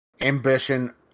ambition